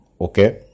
Okay